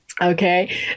Okay